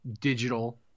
digital